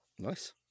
nice